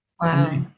Wow